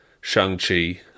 Shang-Chi